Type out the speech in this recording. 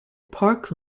park